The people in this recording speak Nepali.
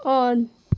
अन